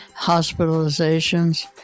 hospitalizations